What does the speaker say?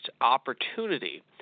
opportunity